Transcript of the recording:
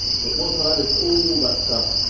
but once i've added all that stuff,